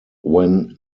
when